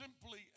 simply